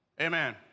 Amen